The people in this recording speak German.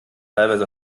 teilweise